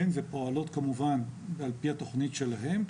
ופועלות כמובן על פי התוכנית שלהן,